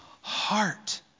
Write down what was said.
heart